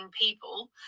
people